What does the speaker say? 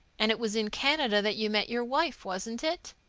and it was in canada that you met your wife, wasn't it?